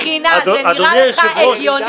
12% עוברים בחינה, זה נראה לך הגיוני?